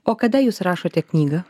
o kada jūs rašote knygą